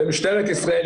ומשטרת ישראל,